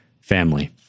family